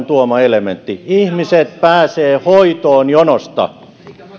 tuoma elementti ihmiset pääsevät hoitoon jonosta